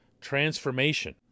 transformation